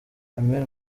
armel